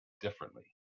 differently